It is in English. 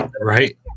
Right